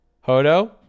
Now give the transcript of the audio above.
Hodo